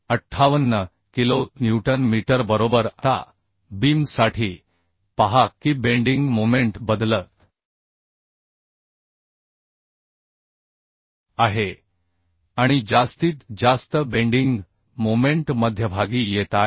58 kilo newton metre बरोबर आता बीमसाठी पहा की बेंडिंग मोमेंट बदलत आहे आणि जास्तीत जास्त बेंडिंग मोमेंट मध्यभागी येत आहे